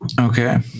okay